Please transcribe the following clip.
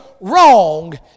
wrong